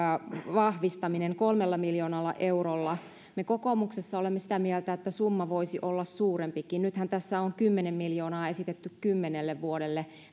vahvistaminen kolmella miljoonalla eurolla me kokoomuksessa olemme sitä mieltä että summa voisi olla suurempikin nythän tässä on kymmenen miljoonaa esitetty kymmenelle vuodelle